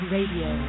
Radio